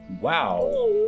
Wow